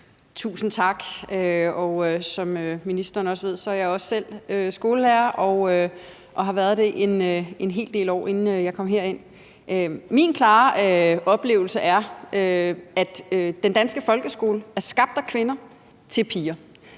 Tusind tak. Som ministeren også ved, er jeg også selv skolelærer og har været det en hel del år, inden jeg kom herind. Min klare oplevelse er, at den danske folkeskole er skabt af kvinder til piger